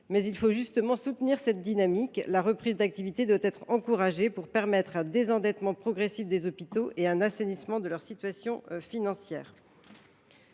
19. Il faut justement soutenir cette dynamique. La reprise d’activité doit être encouragée pour permettre un désendettement progressif des hôpitaux et un assainissement de leur situation financière.